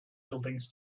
buildings